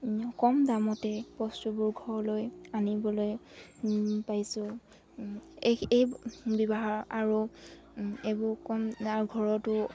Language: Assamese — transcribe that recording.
কম দামতে বস্তুবোৰ ঘৰলৈ আনিবলৈ পাইছোঁ এই এই ব্যৱহাৰ আৰু এইবোৰ কম ঘৰতো